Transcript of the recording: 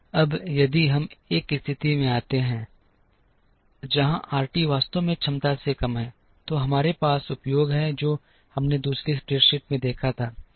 अब यदि हम एक स्थिति में आते हैं जहां आरटी वास्तव में क्षमता से कम है तो हमारे पास उपयोग है जो हमने दूसरी स्प्रेडशीट में देखा था